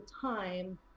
time